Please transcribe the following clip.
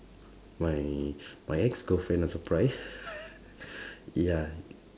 my my ex girlfriend a surprise ya